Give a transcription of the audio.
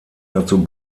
dazu